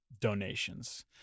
donations